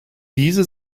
diese